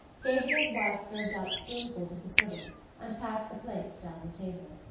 gabriel's wife served out spoonfuls of the pudding and passed the plates down the table.